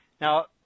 Now